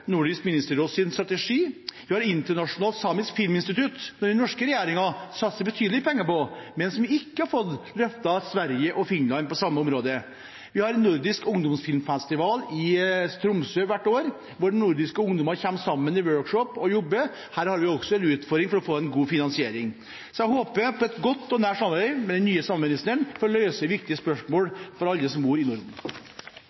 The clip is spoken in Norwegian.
Internasjonalt Samisk Filminstitutt, som den norske regjeringen satser betydelige penger på, men som ikke har fått løfte av Sverige og Finland på det samme området. Vi har en nordisk ungdomsfilmfestival i Tromsø hvert år, hvor nordiske ungdommer kommer sammen og jobber i workshops. Her er det også en utfordring med å få til en god finansiering. Jeg håper på et godt og nært samarbeid med den nye samordningsministeren for å løse viktige spørsmål